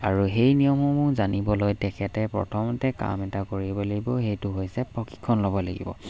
আৰু সেই নিয়মসমূহ জানিবলৈ তেখেতে প্ৰথমতে কাম এটা কৰিব লাগিব সেইটো হৈছে প্ৰশিক্ষণ ল'ব লাগিব